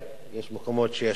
יש מקומות שיש פחות ריכוזיות,